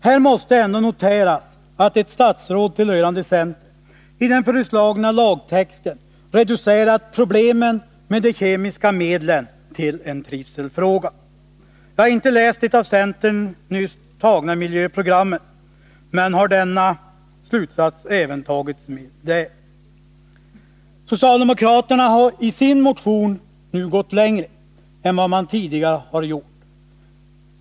Här måste ändå noteras att ett statsråd tillhörande centern i den föreslagna lagtexten reducerat problemen med de kemiska medlen till en trivselfråga. Jag har inte läst det av centern nyss tagna miljöprogrammet, men jag vill fråga: Har denna slutsats även tagits med där? Socialdemokraterna har i sin motion nu gått längre än vad de tidigare har gjort.